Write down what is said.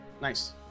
Nice